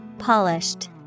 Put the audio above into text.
Polished